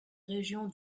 régions